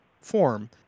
form